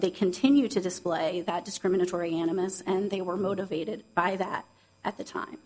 they continue to display that discriminatory animus and they were motivated by that at the time